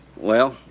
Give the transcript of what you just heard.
well,